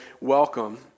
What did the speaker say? welcome